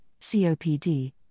COPD